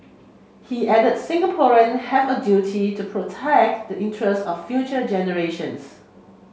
he added Singaporean have a duty to protect the interest of future generations